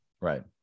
right